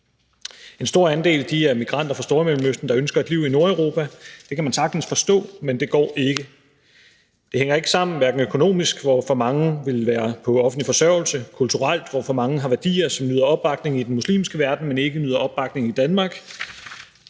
En stor andel er migranter fra Stormellemøsten, der ønsker et liv i Nordeuropa, og det kan man sagtens forstå, men det går ikke. Det hænger ikke sammen økonomisk, hvor for mange ville være på offentlig forsørgelse, eller kulturelt, hvor for mange har værdier, som nyder opbakning i den muslimske verden, men ikke nyder opbakning i Danmark,